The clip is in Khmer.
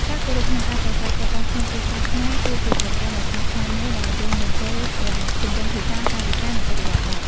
ការគោរពក្នុងការប្រាស្រ័យទាក់ទងក្នុងគ្រួសារខ្មែរ គឺជាប្រព័ន្ធដ៏ស្មុគស្មាញមួយដែលរួមបញ្ចូលទាំងទម្រង់ភាសា កាយវិការ និងឥរិយាបថ។